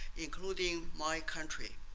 including my country.